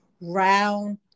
round